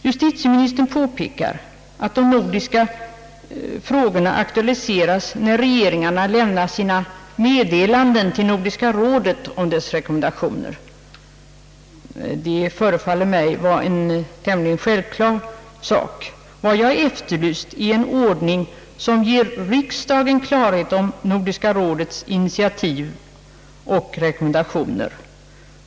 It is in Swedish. Justitieministern påpekar att de nordiska frågorna aktualiseras när regeringarna lämnar sina meddelanden till Nordiska rådet om dess rekommendationer. Mig förefaller detta vara en tämligen självklar sak. Vad jag efterlyst är en sådan ordning som ger riksdagen klarhet om Nordiska rådets initiativ och rekommendationer.